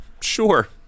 Sure